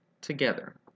together